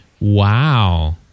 Wow